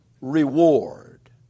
reward